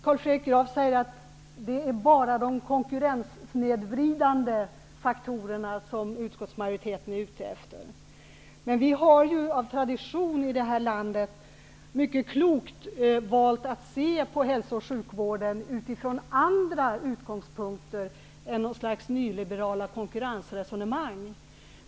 Carl Fredrik Graf säger att det enbart är de konkurrenssnedvridande faktorerna som utskottsmajoriteten är ute efter. Vi har av tradition i det här landet mycket klokt valt att se på hälsooch sjukvården utifrån andra utgångspunkter än något slags nyliberala konkurrensresonemang.